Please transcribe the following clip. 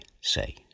say